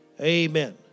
Amen